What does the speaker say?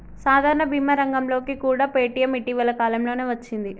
సాధారణ భీమా రంగంలోకి కూడా పేటీఎం ఇటీవల కాలంలోనే వచ్చింది